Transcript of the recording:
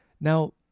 Now